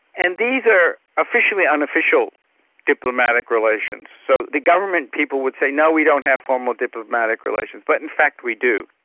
and these are officially unofficial diplomatic relations. so the government people would say, no, we don't have formal diplomatic relations, but in fact we do.